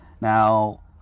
Now